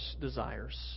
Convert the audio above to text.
desires